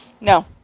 No